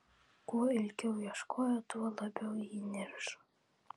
kuo ilgiau ieškojo tuo labiau ji niršo